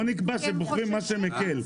אז בואו נקבע שיביאו משהו מקל.